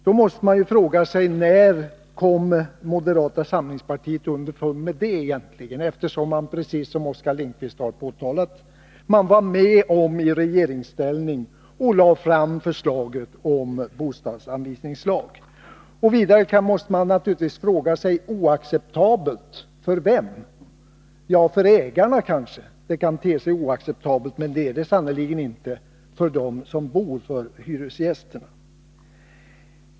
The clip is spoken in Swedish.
Då måste man faktiskt fråga sig: När kom moderata samlingspartiet underfund med detta egentligen? Moderata samlingspartiet var ju med, precis som Oskar Lindkvist påpekade, i regeringen och lade fram förslaget om bostadsanvisningslag. Vidare måste man naturligtvis fråga sig: Oacceptabel för vem? För ägarna kan det kanske te sig oacceptabelt, men det är det sannerligen inte för hyresgästerna.